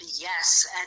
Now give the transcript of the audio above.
Yes